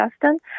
Justin